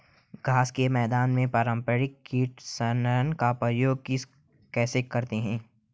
घास के मैदान में पारंपरिक कंडीशनर का प्रयोग कैसे करते हैं?